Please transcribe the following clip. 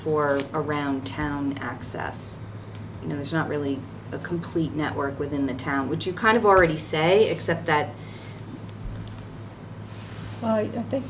for around town access you know there's not really a complete network within the town would you kind of already say except that i think